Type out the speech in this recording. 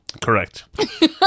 Correct